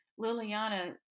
Liliana